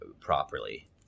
properly